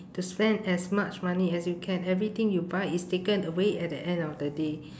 to spend as much money as you can everything you buy is taken away at the end of the day